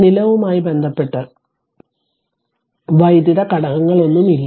നിലവുമായി ബന്ധപ്പെട്ട് വൈദ്യുത ഘടകങ്ങളൊന്നുമില്ല